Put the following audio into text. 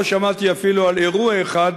לא שמעתי אפילו על אירוע אחד,